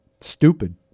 stupid